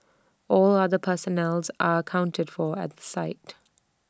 all other personnel are accounted for at the site